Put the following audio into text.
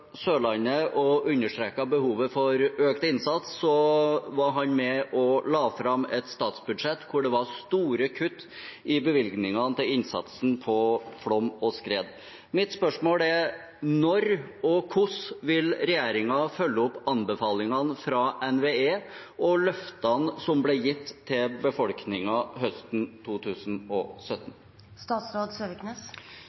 Sørlandet og understreket behovet for økt innsats, var han med og la fram et statsbudsjett hvor det var store kutt i bevilgningene til innsatsen mot flom og skred. Mitt spørsmål er: Når og hvordan vil regjeringen følge opp anbefalingene fra NVE og løftene som ble gitt til befolkningen høsten 2017?